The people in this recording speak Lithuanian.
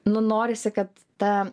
nu norisi kad ta